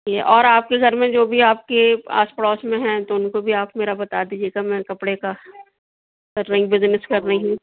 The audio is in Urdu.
یہ اور آپ کے گھر میں جو بھی آپ کے آس پڑوس میں ہیں تو ان کو بھی آپ میرا بتا دیجیے گا میں کپڑے کا کر رہی ہوں بزنس کر رہی ہوں